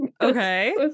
Okay